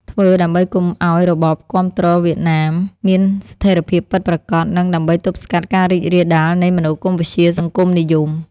ធ្វើដើម្បីកុំឱ្យរបបគាំទ្រវៀតណាមមានស្ថិរភាពពិតប្រាកដ និងដើម្បីទប់ស្កាត់ការរីករាលដាលនៃមនោគមវិជ្ជាសង្គមនិយម។